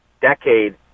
decade